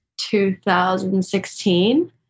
2016